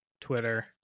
twitter